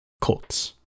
Colts